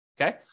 Okay